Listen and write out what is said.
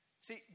See